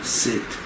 sit